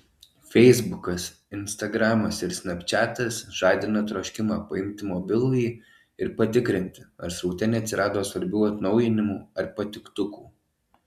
feisbukas instagramas ir snapčiatas žadina troškimą paimti mobilųjį ir patikrinti ar sraute neatsirado svarbių atnaujinimų ar patiktukų